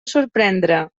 sorprendre